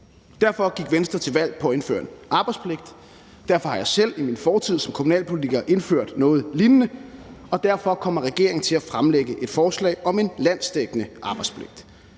Derfor gik Venstre til valg på at indføre en arbejdspligt, derfor har jeg selv i min fortid som kommunalpolitiker indført noget lignende, og derfor kommer regeringen til at fremsætte et forslag om en landsdækkende arbejdspligt.